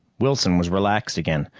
wilson was relaxed again,